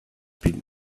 been